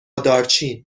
دارچین